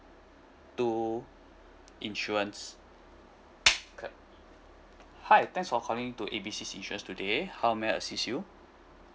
two insurance clap hi thanks for calling to A B C insurance today how may I assist you